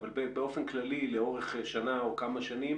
אבל באופן כללי או לאורך שנה או כמה שנים